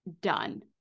done